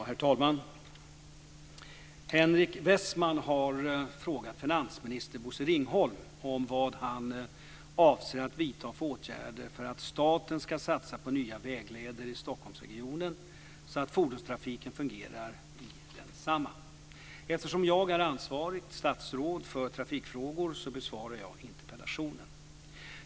Herr talman! Henrik Westman har frågat finansminister Bosse Ringholm vad han avser att vidta för åtgärder för att staten ska satsa på nya vägleder i Stockholmsregionen så att fordonstrafiken fungerar i densamma. Eftersom jag är ansvarigt statsråd för trafikfrågor besvarar jag interpellationen.